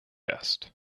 asked